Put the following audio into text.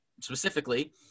specifically –